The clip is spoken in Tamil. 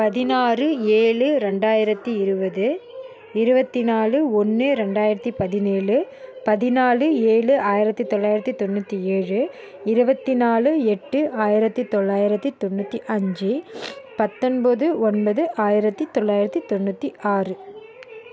பதினாறு ஏழு ரெண்டாயிரத்தி இருபது இருவத்திநாலு ஒன்று ரெண்டாயிரத்தி பதினேழு பதினாலு ஏழு ஆயிரத்தி தொளாயிரத்தி தொண்ணூற்றி ஏழு இருவத்திநாலு எட்டு ஆயிரத்தி தொளாயிரத்தி தொண்ணூற்றி அஞ்சு பத்தொன்பது ஒன்பது ஆயிரத்தி தொளாயிரத்தி தொண்ணூற்றி ஆறு